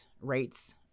rates